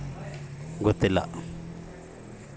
Sprint ಅನ್ನು ಎಷ್ಟು ಪ್ರಮಾಣದಲ್ಲಿ ಹೊಡೆಯಬೇಕು?